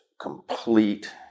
complete